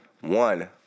One